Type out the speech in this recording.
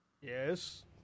Yes